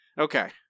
Okay